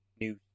new